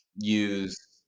use